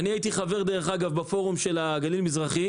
דרך אגב, אני הייתי חבר בפורום של הגליל המזרחי.